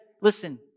Listen